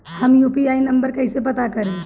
हम UPI number कइसे पता करी?